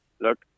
Look